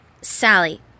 Sally